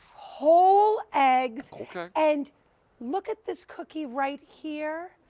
whole eggs and look at this khaki right here,